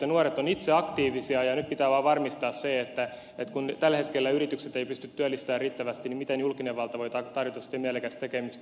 nuoret ovat itse aktiivisia ja nyt pitää vaan varmistaa se kun tällä hetkellä yritykset eivät pysty työllistämään riittävästi miten julkinen valta voi tarjota sitten mielekästä tekemistä